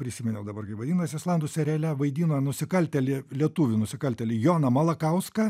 prisiminiau dabar kaip vadinasi islandų seriale vaidino nusikaltėlį lietuvių nusikaltėlį joną malakauską